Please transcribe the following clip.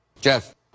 Jeff